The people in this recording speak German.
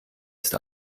ist